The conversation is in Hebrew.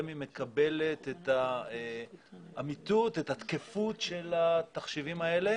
היא מקבלת את האמיתות ואת התקפות של התחשיבים האלה